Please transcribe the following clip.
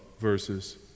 verses